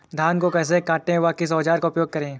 धान को कैसे काटे व किस औजार का उपयोग करें?